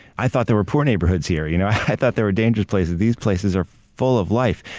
i thought there were poor neighborhoods here, you know i thought there were dangerous places these places are full of life.